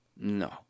No